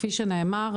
כפי שנאמר,